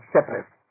Separate